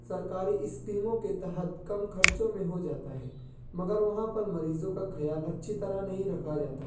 سرکاری اسکیموں کے تحت کم خرچوں میں ہو جاتا ہے مگر وہاں پر مریضوں کا خیال اچھی طرح نہیں رکھا جاتا